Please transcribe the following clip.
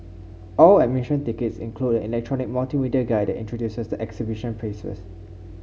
all admission tickets include an electronic multimedia guide that introduces the exhibition spaces